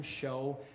show